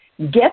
Get